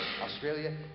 Australia